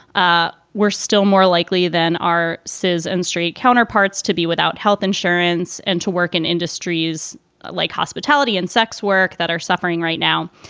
ah we're still more likely than are says and street counterparts to be without health insurance and to work in industries like hospitality and sex work that are suffering right now.